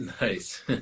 Nice